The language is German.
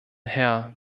herr